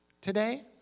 today